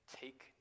take